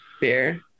beer